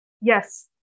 Yes